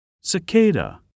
Cicada